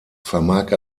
vermag